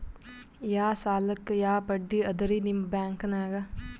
ಯಾ ಸಾಲಕ್ಕ ಯಾ ಬಡ್ಡಿ ಅದರಿ ನಿಮ್ಮ ಬ್ಯಾಂಕನಾಗ?